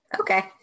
Okay